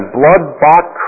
blood-bought